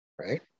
right